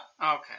okay